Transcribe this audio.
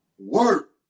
work